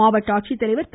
மாவட்ட ஆட்சித்தலைவா் திரு